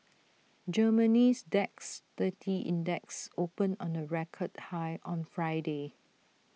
Germany's Dax thirty index opened on A record high on Friday